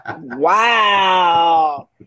wow